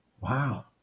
Wow